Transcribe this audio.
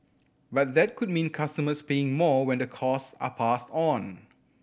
but that could mean customers paying more when the cost are passed on